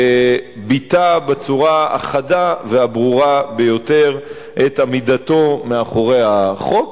וביטא בצורה החדה והברורה ביותר את עמידתו מאחורי החוק.